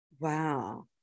Wow